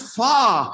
far